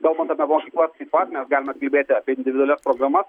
kalbant apie mokyklas taip pat mes galime kalbėti apie individualias programas